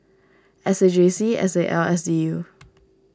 S A J C S A L S U